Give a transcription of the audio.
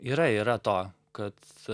yra yra to kad